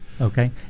Okay